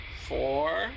four